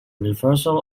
reversal